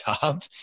job